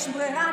יש ברירה?